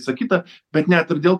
visa kita bet net ir dėl